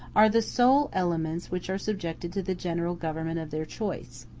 are the sole elements which are subjected to the general government of their choice.